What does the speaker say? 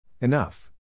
Enough